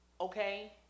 Okay